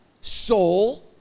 soul